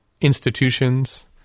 institutions